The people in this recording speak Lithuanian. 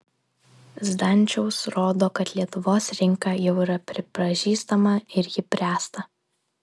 zdančiaus rodo kad lietuvos rinka jau yra pripažįstama ir ji bręsta